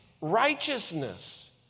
righteousness